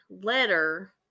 letter